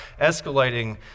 escalating